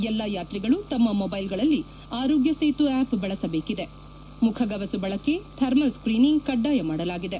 ಎಲ್ಲಾ ಯಾತ್ರಿಗಳು ತಮ್ಮ ಮೊಬೈಲ್ ಗಳಲ್ಲಿ ಆರೋಗ್ಯ ಸೇತು ಆ್ಯಪ್ ಬಳಸಬೇಕಿದೆ ಮುಖಗವಸು ಬಳಕೆ ಥರ್ಮಲ್ ಸ್ತೀನಿಂಗ್ ಕಡ್ಡಾಯ ಮಾಡಲಾಗಿದೆ